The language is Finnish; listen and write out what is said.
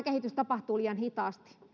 kehitys tapahtuu liian hitaasti